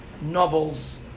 Novel's